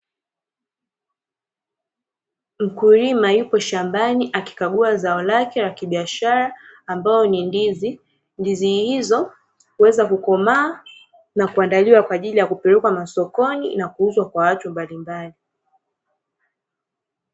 Mkulima yupo shambani akikagua zao lake la kibiashara ambalo ni ndizi. Ndizi hizo huweza kukomaa na kuandaliwa, kwa ajili ya kupelekwa masokoni na kuuzwa kwa watu mbalimbali.